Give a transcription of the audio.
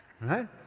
right